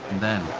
the